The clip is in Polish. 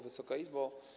Wysoka Izbo!